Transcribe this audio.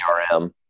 CRM